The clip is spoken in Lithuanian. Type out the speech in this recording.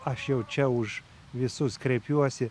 aš jau čia už visus kreipiuosi